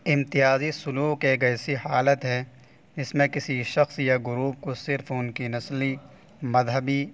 امتیازی سلوک ایک ایسی حالت ہے جس میں کسی شخص یا گروپ کو صرف ان کی نسلی مذہبی